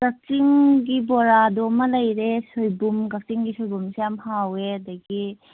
ꯀꯛꯆꯤꯡꯒꯤ ꯕꯣꯔꯥꯗꯣꯃ ꯂꯩꯔꯦ ꯁꯣꯏꯕꯨꯝ ꯀꯛꯆꯤꯡꯒꯤ ꯁꯣꯏꯕꯨꯝꯁꯦ ꯌꯥꯝ ꯍꯥꯎꯑꯦ ꯑꯗꯨꯒꯤ